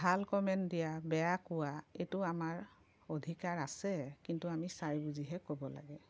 ভাল কমেণ্ট দিয়া বেয়া কোৱা এইটো আমাৰ অধিকাৰ আছে কিন্তু আমি চাই বুজিহে ক'ব লাগে